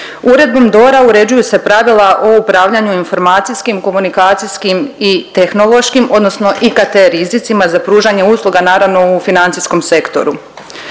Uredbom DORA uređuju se pravila o upravljanju informacijskim, komunikacijskim i tehnološkim odnosno IKT rizicima za pružanje usluga naravno u financijskom sektoru.